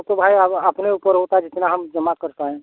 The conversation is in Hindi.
देखो भाई अब अपने ऊपर होता जितना हम जमा कर पाएँ